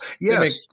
Yes